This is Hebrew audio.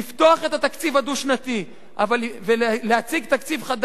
לפתוח את התקציב הדו-שנתי ולהציג תקציב חדש.